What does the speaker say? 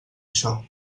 això